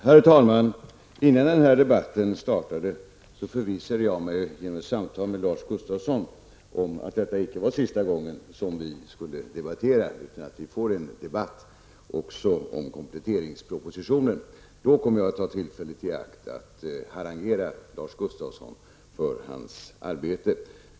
Herr talman! Innan den här debatten startade förvissade jag mig genom ett samtal med Lars Gustafsson om att detta icke var sista gången som vi två skulle debattera. Det blir nämligen en debatt också om kompletteringspropositionen. Då kommer jag att ta tillfället i akt att harangera Lars Gustafsson för hans arbete.